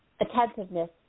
attentiveness